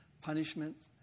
punishment